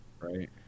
Right